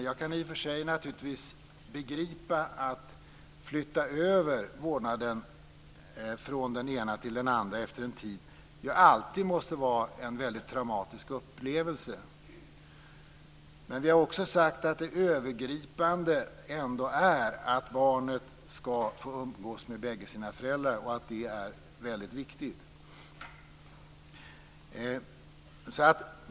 I och för sig kan jag naturligtvis begripa att överflyttande av vårdnaden från den ena till den andra efter en tid alltid måste vara en väldigt traumatisk upplevelse. Men vi har sagt att det övergripande ändå är att barnet ska få umgås med bägge sina föräldrar, och att det är väldigt viktigt.